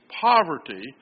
poverty